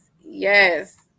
Yes